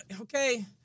okay